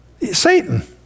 Satan